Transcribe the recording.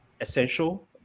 essential